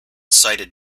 cited